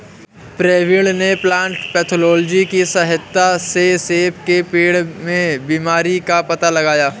प्रवीण ने plant pathology की सहायता से सेब के पेड़ में बीमारी का पता लगाया